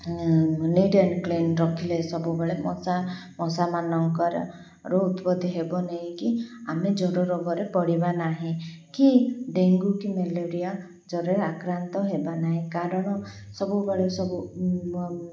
neat and clean ରଖିଲେ ସବୁବେଳେ ମଶା ମଶାମାନଙ୍କର ର ଉତ୍ପତି ହେବ ନାଇକି ଆମେ ଜ୍ୱର ରୋଗରେ ପଡ଼ିବା ନାହିଁ କି ଡେଙ୍ଗୁ କି ମ୍ୟାଲେରିଆ ଜରରେ ଆକ୍ରାନ୍ତ ହେବା ନାହିଁ କାରଣ ସବୁବେଳେ ସବୁ